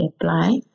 apply